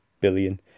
billion